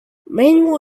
manual